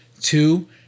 Two